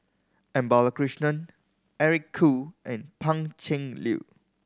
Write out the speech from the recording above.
M Balakrishnan Eric Khoo and Pan Cheng Lui